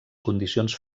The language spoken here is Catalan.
condicions